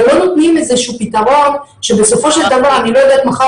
אבל לא נותנים פתרון שבסופו של דבר אני לא יודעת מחר